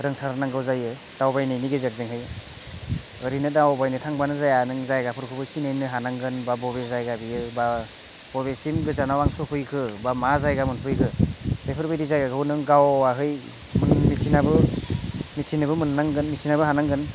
रोंथारनांगौ जायो दावबायनायनि गेजेरजोंहाय ओरैनो दावबायनो थांबानो जाया नों जायगाफोरखौबो सिनायनो हानांगोन बा बबे जायगा बेयो बा बबेसिम गोजानाव आं सफैखो बा मा जायगा मोनफैखो बेफोरबायदि जायगाखौ नों गाव आगाय मिथिनोबो मोननांगोन मिथिनोबो हानांगोन